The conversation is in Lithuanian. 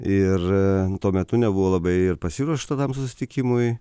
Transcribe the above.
ir tuo metu nebuvo labai ir pasiruošta tam susitikimui